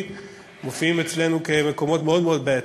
מופיעים אצלנו כמקומות מאוד מאוד בעייתיים.